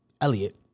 Elliot